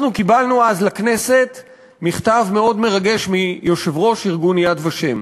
אנחנו קיבלנו אז בכנסת מכתב מאוד מרגש מיושב-ראש ארגון "יד ושם",